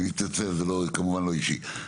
אני מתנצל, זה כמובן לא אישי.